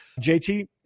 JT